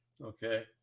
okay